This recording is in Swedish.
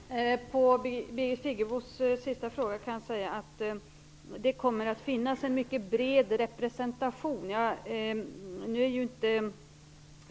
Herr talman! På Birgit Friggebos sista fråga kan svara så här: Det kommer att finnas en mycket bred representation.